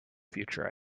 future